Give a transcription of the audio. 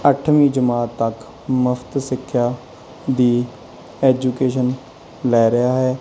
ਅੱਠਵੀਂ ਜਮਾਤ ਤੱਕ ਮੁਫ਼ਤ ਸਿੱਖਿਆ ਦੀ ਐਜੂਕੇਸ਼ਨ ਲੈ ਰਿਹਾ ਹੈ